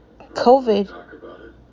COVID